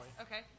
Okay